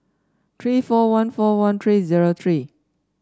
three four one four one three zero three